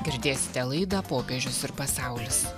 girdėsite laidą popiežius ir pasaulis